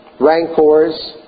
rancors